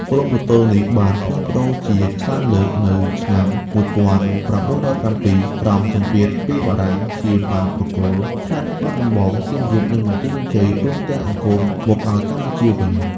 ព្រំប្រទល់នេះបានផ្លាស់ប្តូរជាច្រើនលើក នៅឆ្នាំ ១៩០៧ ក្រោមសម្ពាធពីបារាំង សៀមបានប្រគល់ខេត្តបាត់ដំបង សៀមរាប និងបន្ទាយមានជ័យ រួមទាំងអង្គរ មកឱ្យកម្ពុជាវិញ។